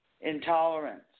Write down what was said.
Intolerance